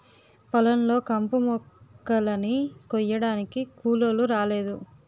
పొలం లో కంపుమొక్కలని కొయ్యడానికి కూలోలు రాలేదు